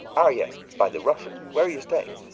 ah, yes, by the russia. where are you staying?